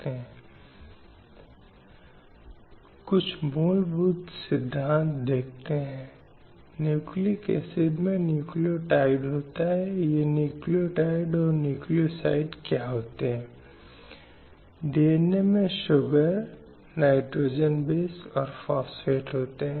अब ये मूल रूप से पितृसत्तात्मक मानसिकता का परिणाम हैं मौजूदा लिंग रूढ़िवादिताएं जो समाज में मौजूद हैं और एक प्रकार की शक्ति संरचना है जो महिलाओं पर पुरुषों के प्रभुत्व को स्थापित करने के लिए जाती है